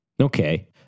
Okay